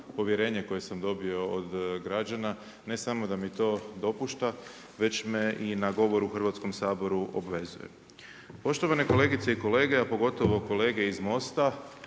povjerenje koje sam dobio od građana, ne samo da mi to dopušta već me i na govoru u Hrvatskom saboru obvezuje. Poštovane kolegice i kolege, a pogotovo kolege iz MOST-a,